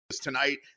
tonight